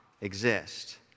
exist